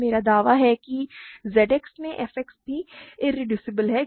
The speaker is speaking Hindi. मेरा दावा है कि Z X में f X भी इरेड्यूसिबल है